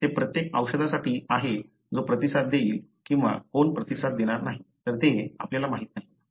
ते प्रत्येक औषधासाठी आहे जो प्रतिसाद देईल किंवा कोण प्रतिसाद देणार नाही तर ते आपल्याला माहित नाही